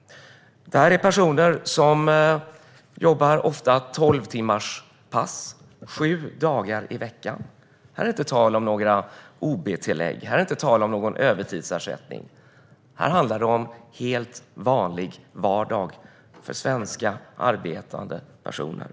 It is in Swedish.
Det är personer som ofta jobbar tolvtimmarspass sju dagar i veckan. Här är det inte tal om några ob-tillägg eller någon övertidsersättning. Här handlar det om helt vanlig vardag för svenska arbetande personer.